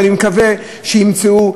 ואני מקווה שימצאו,